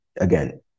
Again